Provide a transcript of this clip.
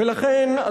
ולכן,